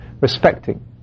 respecting